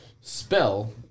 Spell